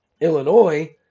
Illinois